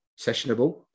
sessionable